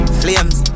flames